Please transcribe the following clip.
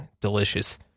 Delicious